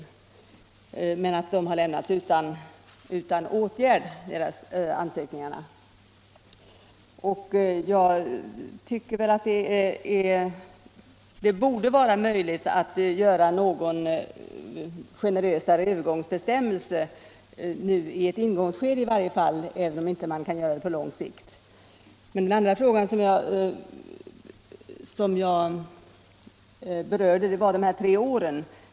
Men deras ansökningar har lämnats utan åtgärd. Jag tycker att det borde vara möjligt att införa något generösare övergångsbestämmelser, även om man inte kan göra någonting på lång sikt. Den andra frågan som jag tagit upp gäller de här tre åren.